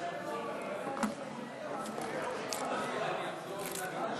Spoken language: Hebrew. (תיקון מס' 89), התשע"ז 2016,